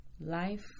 Life